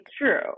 true